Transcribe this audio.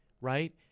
right